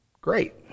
Great